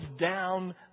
down